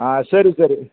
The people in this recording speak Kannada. ಹಾಂ ಸರಿ ಸರಿ